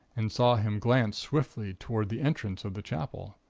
and saw him glance swiftly toward the entrance of the chapel.